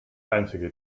einzige